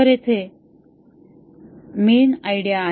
तर येथे हि मेन आयडिया आहे